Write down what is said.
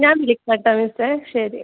ഞാൻ വിളിക്കാട്ടോ മിസ്സേ ശരി